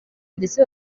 ndetse